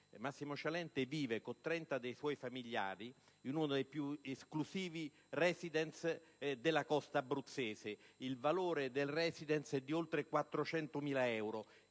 Massimo Cialente vive con 30 dei suoi familiari in uno dei più esclusivi *residence* della costa abruzzese. Il valore del *residence* è di oltre 400.000 euro;